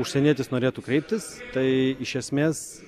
užsienietis norėtų kreiptis tai iš esmės